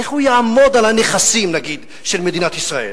איך הוא יעמוד על הנכסים של מדינת ישראל?